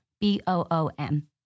B-O-O-M